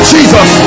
Jesus